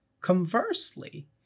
conversely